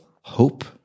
hope